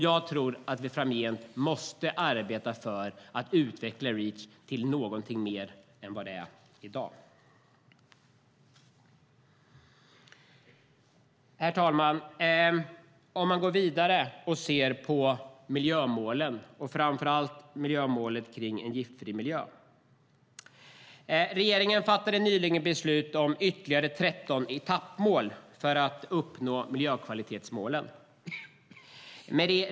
Jag tror att vi framgent måste arbeta för att utveckla Reach till någonting mer än det är i dag. Herr talman! Jag går vidare till miljömålen och framför allt miljömålet om en giftfri miljö. Regeringen fattade nyligen beslut om ytterligare 13 etappmål för att uppnå miljökvalitetsmålen.